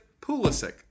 Pulisic